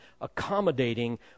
accommodating